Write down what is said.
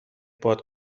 باد